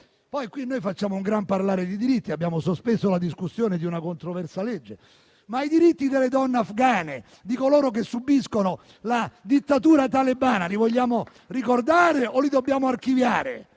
Qui facciamo un gran parlare di diritti, abbiamo sospeso la discussione di una controversa legge, ma i diritti delle donne afghane e di coloro che subiscono la dittatura talebana, li vogliamo ricordare o li dobbiamo archiviare?